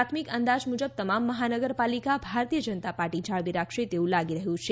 પ્રાથમિક અંદાજ મુજબ તમામ મહાનગરપાલિકા ભારતીય જનતા પાર્ટી જાળવી રાખશે તેવું લાગી રહ્યું છે